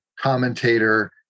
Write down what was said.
commentator